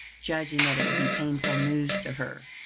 judging that it would be painful news to her.